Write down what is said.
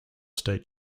state